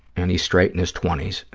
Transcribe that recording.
and he's straight, in his twenty s.